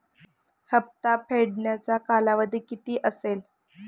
हप्ता फेडण्याचा कालावधी किती असेल?